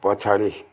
पछाडि